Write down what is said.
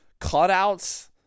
cutouts